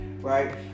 right